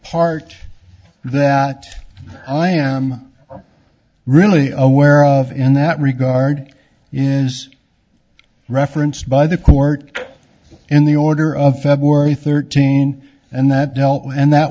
part that i am really aware of in that regard is referenced by the court in the order of february thirteenth and that dealt with and that